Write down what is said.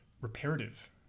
reparative